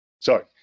Sorry